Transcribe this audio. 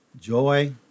joy